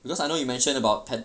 because I know you mentioned about